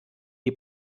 die